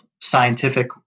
scientific